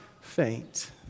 faint